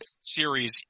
series